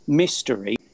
mystery